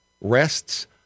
rests